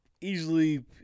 Easily